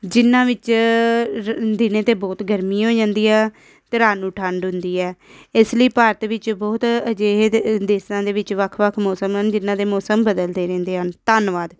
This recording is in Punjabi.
ਜਿਨ੍ਹਾਂ ਵਿੱਚ ਰ ਦਿਨੇ ਤਾਂ ਬਹੁਤ ਗਰਮੀ ਹੋ ਜਾਂਦੀ ਆ ਅਤੇ ਰਾਤ ਨੂੰ ਠੰਡ ਹੁੰਦੀ ਹੈ ਇਸ ਲਈ ਭਾਰਤ ਵਿੱਚ ਬਹੁਤ ਅਜਿਹੇ ਦੇ ਦੇਸ਼ਾਂ ਦੇ ਵਿੱਚ ਵੱਖ ਵੱਖ ਮੌਸਮ ਹਨ ਜਿਨ੍ਹਾਂ ਦੇ ਮੌਸਮ ਬਦਲਦੇ ਰਹਿੰਦੇ ਹਨ ਧੰਨਵਾਦ